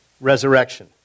resurrection